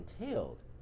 entailed